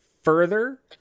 further